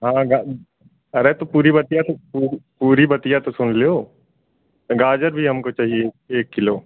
हाँ गाजरअरे तो पुरी बात तो पुरी पुरी बात तो सुन लो गाजर भी हम को चाहिए एक किलो